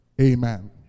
Amen